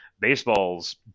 baseball's